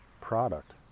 product